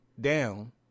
down